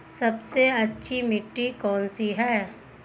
सबसे अच्छी मिट्टी कौन सी है?